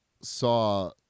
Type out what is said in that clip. saw